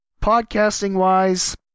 Podcasting-wise